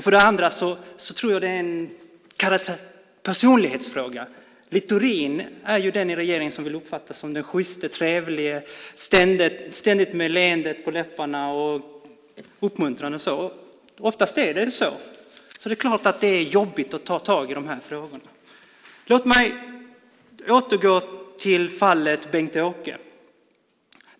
För det andra tror jag att det är en personlighetsfråga. Littorin är den i regeringen som vill uppfattas som den sjyste och trevlige, ständigt med leendet på läpparna och uppmuntrande. Oftast är det så. Det är klart att det är jobbigt att ta tag i de här frågorna. Låt mig återgå till fallet Bengt-Åke.